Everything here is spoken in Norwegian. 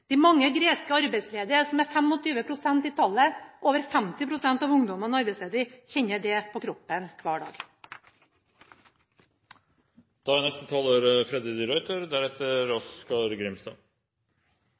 De mange greske arbeidsledige som er 25 pst. i tallet – over 50 pst. av ungdommene er arbeidsledige – kjenner det på kroppen hver